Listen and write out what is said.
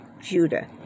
Judah